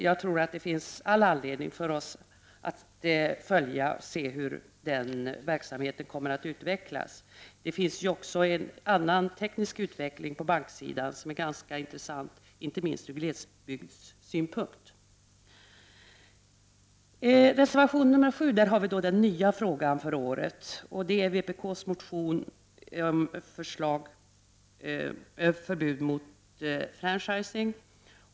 Jag tror att det finns all anledning för oss att följa den verksamheten och se hur den kommer att utvecklas. Det finns också annan teknisk utveckling på bankområdet som är intressant, inte minst ur glesbygdssynpunkt. I reservation 7 behandlas en fråga som kommit upp i år, nämligen förslaget i vpk:s motion om ett förbud mot franchising.